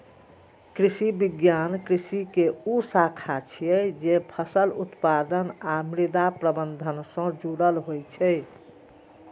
कृषि विज्ञान कृषि के ऊ शाखा छियै, जे फसल उत्पादन आ मृदा प्रबंधन सं जुड़ल होइ छै